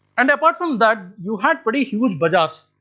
and apart from that you had pretty huge bazaars.